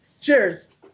cheers